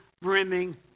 brimming